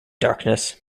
darkness